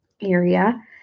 area